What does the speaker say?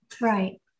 Right